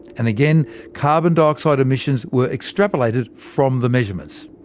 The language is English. and again carbon dioxide emissions were extrapolated from the measurements.